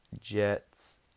Jets